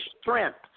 strength